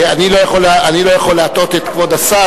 אני לא יכול להטעות את כבוד השר,